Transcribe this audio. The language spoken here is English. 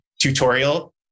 tutorial